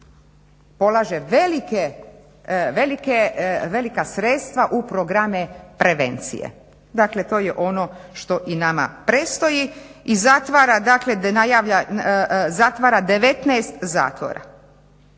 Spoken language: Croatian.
polaže velika sredstva u programe prevencije. Dakle, to je ono što i nama predstoji i zatvara 19 zatvora.